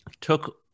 took